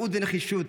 צניעות ונחישות,